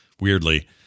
weirdly